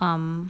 um